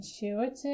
intuitive